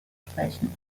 sprechen